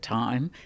time